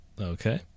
Okay